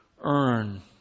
earn